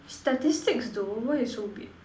statistics though why you so weird